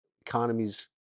economies